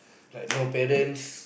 like no balance